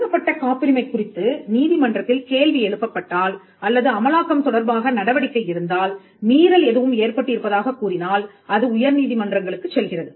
வழங்கப்பட்ட காப்புரிமை குறித்து நீதிமன்றத்தில் கேள்வி எழுப்பப்பட்டால் அல்லது அமலாக்கம் தொடர்பாக நடவடிக்கை இருந்தால் மீறல் எதுவும் ஏற்பட்டு இருப்பதாகக் கூறினால் அது உயர் நீதிமன்றங்களுக்குச் செல்கிறது